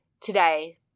today